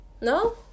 No